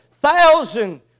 Thousand